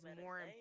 more